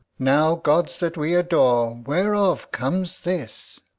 now, gods that we adore, whereof comes this?